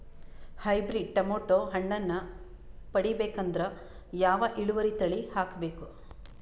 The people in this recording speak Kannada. ಹೈಬ್ರಿಡ್ ಟೊಮೇಟೊ ಹಣ್ಣನ್ನ ಪಡಿಬೇಕಂದರ ಯಾವ ಇಳುವರಿ ತಳಿ ಹಾಕಬೇಕು?